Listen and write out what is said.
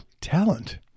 talent